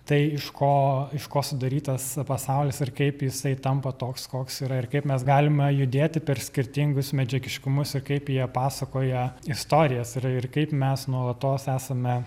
tai iš ko iš ko sudarytas pasaulis ir kaip jisai tampa toks koks yra ir kaip mes galime judėti per skirtingus medžiagiškumus ir kaip jie pasakoja istorijas ir ir kaip mes nuolatos esame